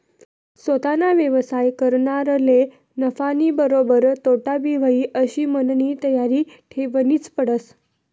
सोताना व्यवसाय करनारले नफानीबरोबर तोटाबी व्हयी आशी मननी तयारी ठेवनीच पडस